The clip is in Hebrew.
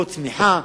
פה צמיחה,